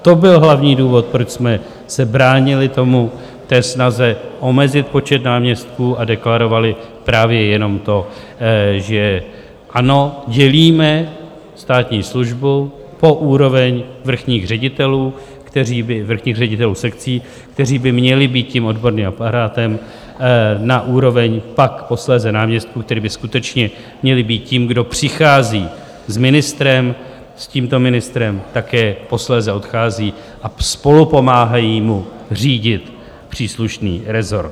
To byl hlavní důvod, proč jsme se bránili tomu, té snaze omezit počet náměstků a deklarovali právě jenom to, že ano, dělíme státní službu po úroveň vrchních ředitelů sekcí, kteří by měli být tím odborným aparátem, na úroveň pak posléze náměstků, kteří by skutečně měli být tím, kdo přicházejí s ministrem, s tímto ministrem také posléze odcházejí a spolupomáhají mu řídit příslušný resort.